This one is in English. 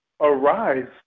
arise